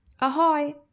Ahoy